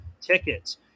tickets